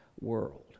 world